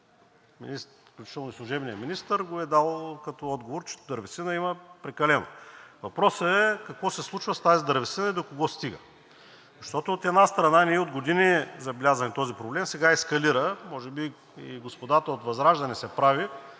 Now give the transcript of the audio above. смисъл и служебният министър е дал като отговор, че дървесина има прекалено. Въпросът е какво се случва с нея и до кого стига. Защото, от една страна, ние от години забелязваме този проблем – сега ескалира, може би и господата от ВЪЗРАЖДАНЕ са прави,